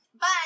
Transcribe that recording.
Bye